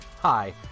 Hi